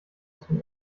zum